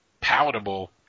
palatable